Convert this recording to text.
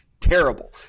terrible